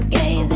a